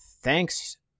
thanks